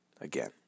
again